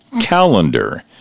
calendar